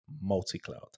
multi-cloud